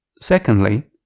Secondly